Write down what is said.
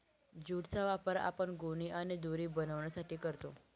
jute चा वापर आपण गोणी आणि दोरी बनवण्यासाठी करतो